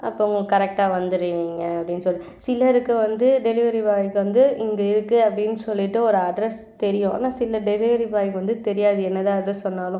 அப்புறம் கரெக்டாக வந்துருவிங்க அப்படின்னு சொல்லி சிலருக்கு வந்து டெலிவரி பாய்க்கு வந்து இங்கே இருக்கு அப்படின்னு சொல்லிவிட்டு ஒரு அட்ரெஸ் தெரியும் ஆனால் சில டெலிவரி பாய்க்கு வந்து தெரியாது என்ன தான் அட்ரெஸ் சொன்னாலும்